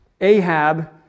Ahab